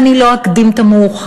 ואני לא אקדים את המאוחר,